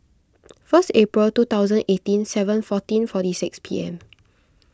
first April two thousand eighteen seven fourteen forty six P M